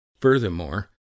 Furthermore